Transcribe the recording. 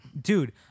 dude